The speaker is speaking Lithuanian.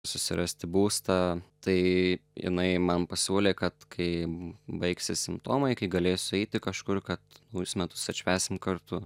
susirasti būstą tai jinai man pasiūlė kad kai baigsis simptomai kai galėsiu eiti kažkur kad naujus metus atšvęsim kartu